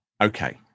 Okay